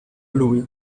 lui